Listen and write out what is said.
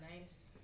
nice